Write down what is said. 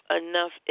enough